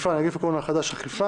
הלאומי לצמצום התפשטות נגיף הקורונה (הוראת שעה),